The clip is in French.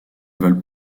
veulent